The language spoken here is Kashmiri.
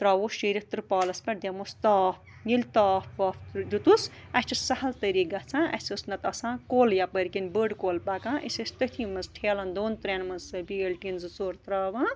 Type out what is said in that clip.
ترٛاووس شیٖرِتھ ترٛپالَس پٮ۪ٹھ دِمہوس تاپھ ییٚلہِ تاپھ واپھ دیُتُس اَسہِ چھُ سَہل طٔریٖقہٕ گژھان اَسہِ ٲس نَتہٕ آسان کۄل یَپٲرۍ کِنۍ بٔڑ کۄل پَکان أسۍ ٲسۍ تٔتھی منٛز ٹھیلَن دۄن ترٛٮ۪ن منٛز سۄ بیلٹیٖن زٕ ژور ترٛاوان